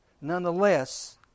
Nonetheless